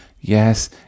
Yes